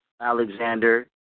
Alexander